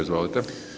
Izvolite.